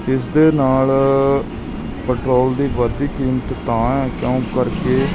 ਇਸ ਦੇ ਨਾਲ ਪੈਟਰੋਲ ਦੀ ਵਧਦੀ ਕੀਮਤ ਤਾਂ ਹੈ ਕਿਉਂ ਕਰਕੇ